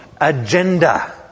agenda